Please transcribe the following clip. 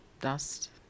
dust